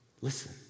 Listen